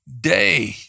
day